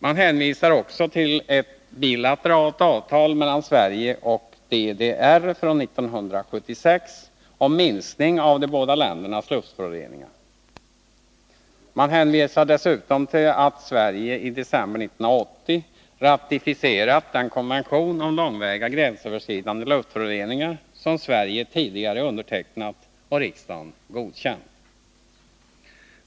Man hänvisar också till ett bilateralt avtal mellan Sverige och DDR från 1976 om minskning av de båda ländernas luftföroreningar. Dessutom hänvisar man till att Sverige i december 1980 ratificerade den konvention om långväga gränsöverskridande luftföroreningar som Sverige tidigare hade undertecknat och riksdagen godkänt.